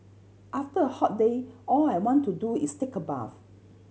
after a hot day all I want to do is take a bath